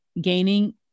gaining